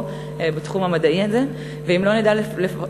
ושר המדע דיבר כאן וגם דיבר לפני